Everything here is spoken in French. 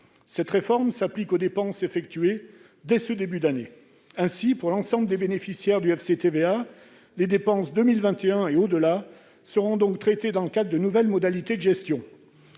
Cette réforme s'applique aux dépenses effectuées dès ce début d'année. Ainsi, pour l'ensemble des bénéficiaires du FCTVA, les dépenses 2021 et au-delà seront traitées dans le cadre de nouvelles modalités de gestion.